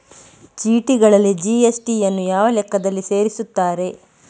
ಚೀಟಿಗಳಲ್ಲಿ ಜಿ.ಎಸ್.ಟಿ ಯನ್ನು ಯಾವ ಲೆಕ್ಕದಲ್ಲಿ ಸೇರಿಸುತ್ತಾರೆ?